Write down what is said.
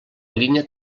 línia